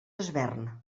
desvern